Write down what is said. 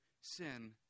sin